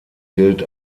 gilt